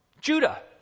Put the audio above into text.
Judah